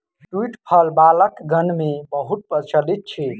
तूईत फल बालकगण मे बहुत प्रचलित अछि